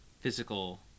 physical